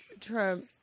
Trump